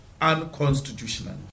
unconstitutional